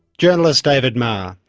journalist david marr.